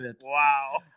Wow